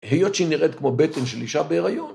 ‫היות שהיא נראית ‫כמו בטן של אישה בהיריון.